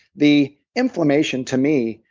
the inflammation, to me,